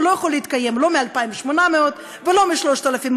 הוא לא יכול להתקיים לא מ-2,800 ולא מ-3,200.